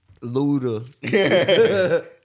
Luda